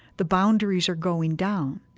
the boundaries are going down.